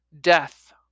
Death